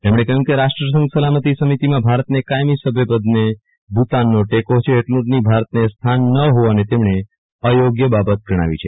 તેમણે ક હ્યુ કે રાષ્ટ્રસંઘ સલામતિ સમિતિમાં ભારતને કાયમી સ ભ્યપદને ભુતાનનો ટે કો છે એટલુ જ નહિ ભારતને સ્થાન ન હોવાને તેમણે અયોગ્ય બાબત ગણાવી છે